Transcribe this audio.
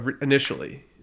initially